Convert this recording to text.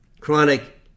chronic